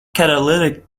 catalytic